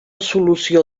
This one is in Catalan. solució